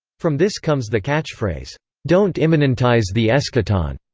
from this comes the catchphrase don't immanentize the eschaton!